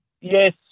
Yes